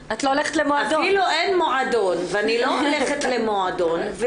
אפילו אין מועדון ואני לא הולכת למועדון,